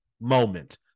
moment